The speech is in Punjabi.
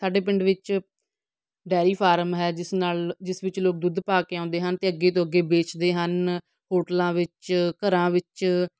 ਸਾਡੇ ਪਿੰਡ ਵਿੱਚ ਡੈਅਰੀ ਫਾਰਮ ਹੈ ਜਿਸ ਨਾਲ ਜਿਸ ਵਿੱਚ ਲੋਕ ਦੁੱਧ ਪਾ ਕੇ ਆਉਂਦੇ ਹਨ ਅਤੇ ਅੱਗੇ ਤੋਂ ਅੱਗੇ ਵੇਚਦੇ ਹਨ ਹੋਟਲਾਂ ਵਿੱਚ ਘਰਾਂ ਵਿੱਚ